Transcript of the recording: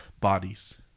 Bodies